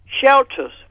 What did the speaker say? shelters